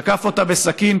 תקף אותה בסכין,